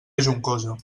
juncosa